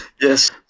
Yes